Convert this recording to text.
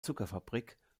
zuckerfabrik